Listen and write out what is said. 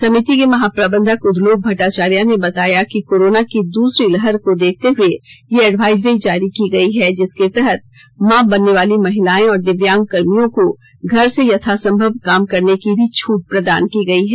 समिति के महाप्रबंधक उदलोक भट्टाचार्या ने बताया कि कोरोना की दूसरी लहर को देखते हए यह एडवाइजरी जारी की गयी है जिसके तहत मां बनने वाली महिलाएं और दिव्यांग कर्मियों को घर से यथासंभव काम करने की भी छट प्रदान की गयी है